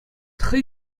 хӑй